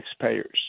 taxpayers